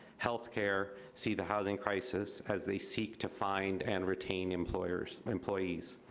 health care, see the housing crisis as they seek to find and retain employers, employees.